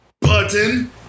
button